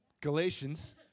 Galatians